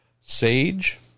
Sage